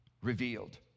revealed